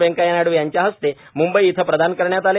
वेंकैया नायडू यांच्या हस्ते मुंबई येथे प्रदान करण्यात आले